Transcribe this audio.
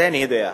בבקשה.